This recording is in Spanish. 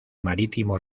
marítimo